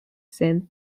synth